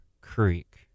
Creek